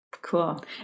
Cool